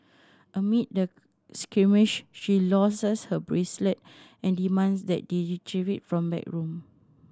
amid the skirmish she loses her bracelet and demands that they retrieve it from backroom